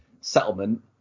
settlement